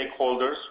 stakeholders